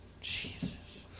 Jesus